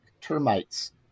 termites